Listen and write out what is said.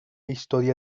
historia